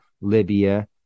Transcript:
Libya